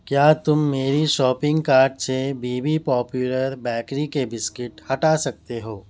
کیا تم میری شاپنگ کارٹ سے بی بی پاپولر بیکری کے بسکٹ ہٹا سکتے ہو